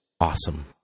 awesome